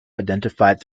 identified